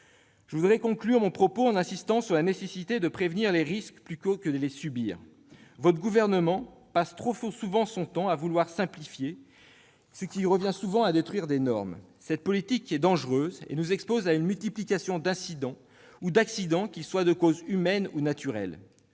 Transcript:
Je conclurai mon propos en insistant sur la nécessité de prévenir les risques plutôt que de les subir. Le Gouvernement est trop souvent animé avant tout par la volonté de simplifier, ce qui aboutit à détruire des normes. Cette politique est dangereuse et nous expose à une multiplication d'incidents ou d'accidents, qu'ils aient une cause humaine ou naturelle.